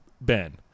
Ben